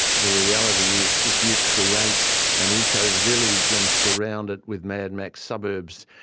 the reality is, if you create an eco-village and surround it with mad max suburbs,